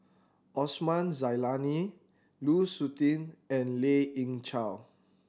Osman Zailani Lu Suitin and Lien Ying Chow